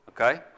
Okay